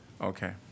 okay